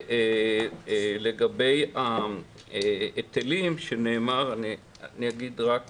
לגבי ההיטלים, אני אומר רק